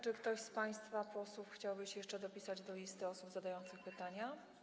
Czy ktoś z państwa posłów chciałby się jeszcze dopisać do listy osób zadających pytania?